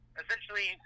essentially